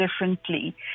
differently